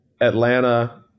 Atlanta